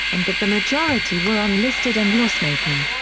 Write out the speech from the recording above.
and that the majority were unlisted and loss-making.